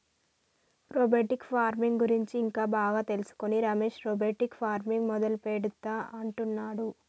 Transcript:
robotic farming గురించి ఇంకా బాగా తెలుసుకొని రమేష్ రోబోటిక్ ఫార్మింగ్ మొదలు పెడుతా అంటున్నాడు